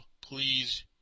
Please